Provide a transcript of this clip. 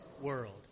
world